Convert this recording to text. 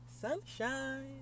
sunshine